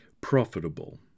profitable